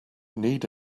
need